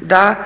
da